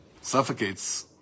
suffocates